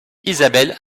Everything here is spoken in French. isabelle